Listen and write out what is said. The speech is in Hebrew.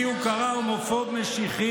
לי הוא קרא "הומופוב משיחי".